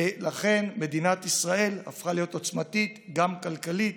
ולכן, מדינת ישראל הפכה להיות עוצמתית גם כלכלית,